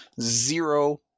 zero